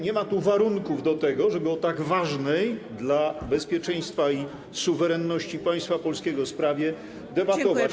Nie ma tu warunków do tego, żeby o tak ważnej dla bezpieczeństwa i suwerenności państwa polskiego sprawie debatować.